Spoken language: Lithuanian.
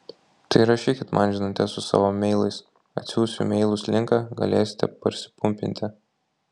tai rašykit man žinutes su savo meilais atsiųsiu į meilus linką galėsite parsipumpinti